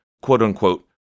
quote-unquote